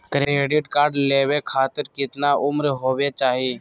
Credit card लेवे खातीर कतना उम्र होवे चाही?